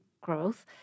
growth